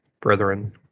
brethren